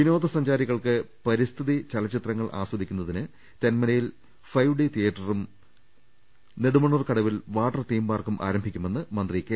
വിനോദസഞ്ചാരികൾക്ക് പരിസ്ഥിതി ചലച്ചിത്രങ്ങൾ ആസ്വദിക്കു ന്നതിന് തെന്മലയിൽ ഫൈവ് ഡി തീയറ്ററും നെടുമണ്ണൂർക്കടവിൽ വാട്ടർ തീം പാർക്കും ആരംഭിക്കുമെന്ന് മന്ത്രി കെ